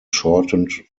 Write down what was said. shortened